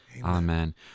Amen